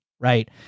right